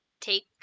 take